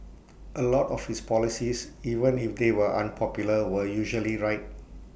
A lot of his policies even if they were unpopular were usually right